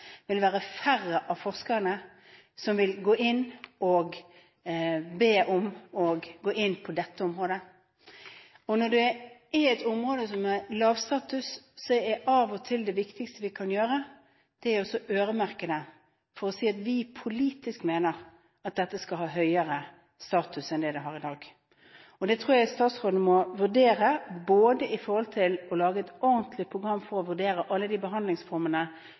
vil færre forskere gå inn på dette området. Når et område har lav status, er av og til det viktigste vi kan gjøre, å øremerke midler til det, for å si at vi politisk mener at dette skal ha høyere status enn det har i dag. Jeg tror statsråden må vurdere å lage et ordentlig program for å vurdere alle de behandlingsformene